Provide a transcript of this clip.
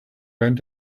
went